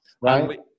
right